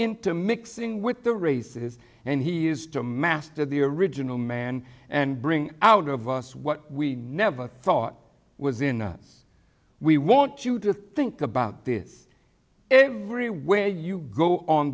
into mixing what the race is and he is to master the original man and bring out of us what we never thought was in and we want you to think about this everywhere you go on